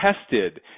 tested